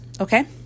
okay